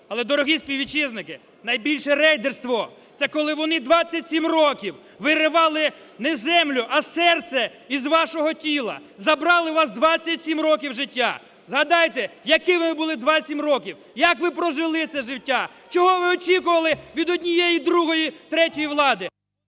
Але, дорогі співвітчизники, найбільше рейдерство – це коли вони 27 років виривали не землю, а серце із вашого тіла, забрали у вас 27 років життя. Згадайте, які ви були 27 років, як ви прожили це життя, чого ви очікували від однієї, другої і третьої влади.